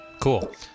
cool